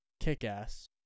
Kick-Ass